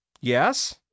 Yes